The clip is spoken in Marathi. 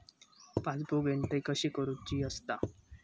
पासबुक एंट्री कशी करुची असता?